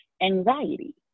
anxiety